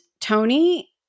Tony